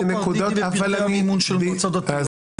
אתה לא בקי בפרטי המימון של מועצות דתיות.